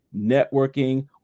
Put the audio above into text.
networking